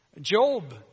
Job